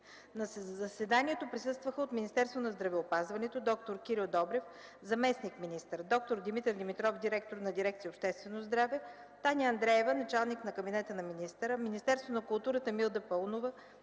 На заседанието присъстваха от: Министерството на здравеопазването – д-р Кирил Добрев, заместник-министър, д-р Димитър Димитров, директор на дирекция „Обществено здраве”, Таня Андреева, началник на кабинета на министъра; Министерството на културата – Милда Паунова,